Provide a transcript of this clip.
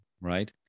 right